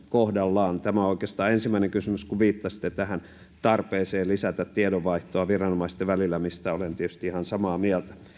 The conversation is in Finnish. kohdallaan tämä on oikeastaan ensimmäinen kysymys kun viittasitte tarpeeseen lisätä tiedonvaihtoa viranomaisten välillä mistä olen tietysti ihan samaa mieltä